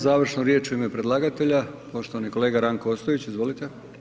Završnu riječ u ime predlagatelja, poštovani kolega Ranko Ostojić, izvolite.